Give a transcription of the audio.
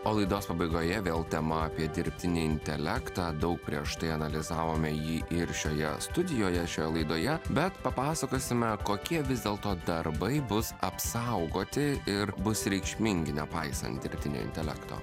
o laidos pabaigoje vėl tema apie dirbtinį intelektą daug prieš tai analizavome jį ir šioje studijoje šioje laidoje bet papasakosime kokie vis dėlto darbai bus apsaugoti ir bus reikšmingi nepaisant dirbtinio intelekto